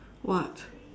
what